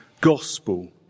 gospel